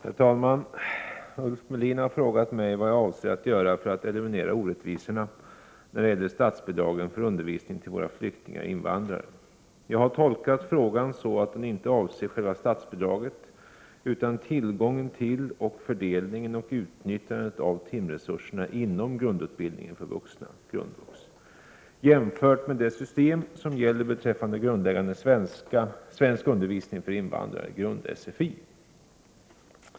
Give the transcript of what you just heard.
Herr talman! Ulf Melin har frågat mig vad jag avser att göra för att eliminera orättvisorna när det gäller statsbidragen för undervisning till våra flyktingar/invandrare. Jag har tolkat frågan så att den inte avser själva statsbidraget utan tillgången till och fördelningen och utnyttjandet av timresurserna inom grundutbildningen för vuxna jämfört med det system som gäller beträffande grundläggande svensk undervisning för invandrare .